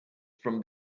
from